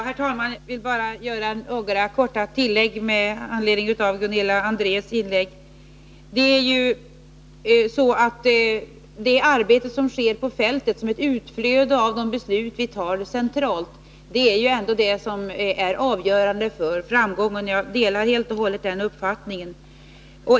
Herr talman! Jag vill bara göra ett kort tillägg med anledning av Gunilla Andrés inlägg. Det arbete som sker på fältet, som ett utflöde av de beslut som vi fattar centralt, är det avgörande för framgången — jag delar helt och hållet den uppfattningen.